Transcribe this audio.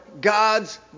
God's